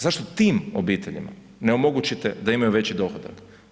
Zašto tim obiteljima ne omogućite da imaju veći dohodak?